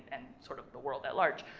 and sort of the world at large.